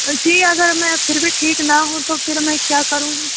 جی اگر میں پھر بھی ٹھیک نہ ہوں تو پھر میں کیا کروں